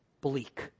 bleak